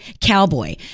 cowboy